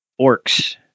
orcs